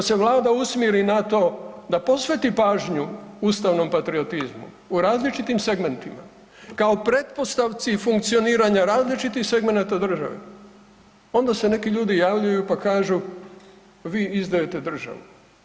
I ako se vlada usmjeri na to da posveti pažnju ustavnom patriotizmu u različitim segmentima kao pretpostavci funkcioniranja različitih segmenata države, onda se neki ljudi javljaju, pa kažu vi izdajete državu.